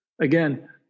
again